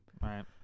Right